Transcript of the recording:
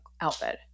outfit